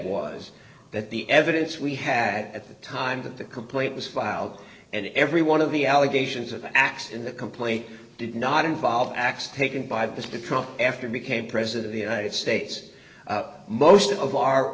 was that the evidence we had at the time that the complaint was filed and every one of the allegations of acts in the complaint did not involve acts taken by this patrol after became president of the united states most of our